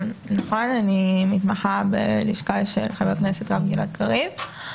אני מתמחה בלשכה של חבר הכנסת הרב גלעד קריב,